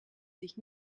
sich